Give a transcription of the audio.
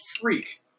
freak